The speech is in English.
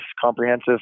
comprehensive